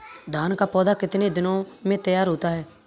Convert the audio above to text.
धान का पौधा कितने दिनों में तैयार होता है?